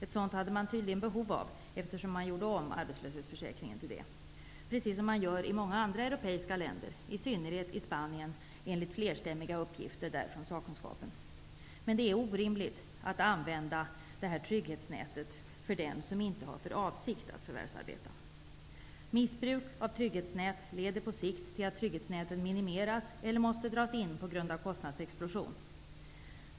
Tydligen hade man behov av ett vårdnadsbidrag, eftersom man gjorde om arbetslöshetsförsäkringen till ett sådant, vilket man också gör i många andra europeiska länder -- i synnerhet i Spanien enligt flerstämmiga uppgifter från sakkunskapen där. Men det är orimligt att använda detta trygghetsnät för den som inte har för avsikt att förvärvsarbeta. Missbruk av trygghetsnäten leder på sikt till att trygghetsnäten minimeras eller måste dras in på grund av kostnadsexplosion.